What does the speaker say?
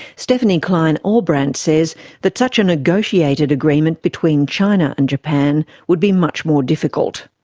stephanie kleine-ahlbrandt says that such a negotiated agreement between china and japan would be much more difficult.